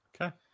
Okay